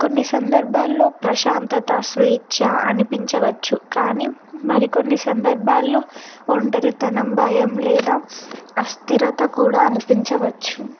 కొన్ని సందర్భాల్లో ప్రశాంతత స్వేచ్ఛ అనిపించవచ్చు కానీ మరికొన్ని సందర్భాల్లో ఒంటరితనం భయం లేదా అస్థిరత కూడా అనిపించవచ్చు